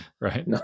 right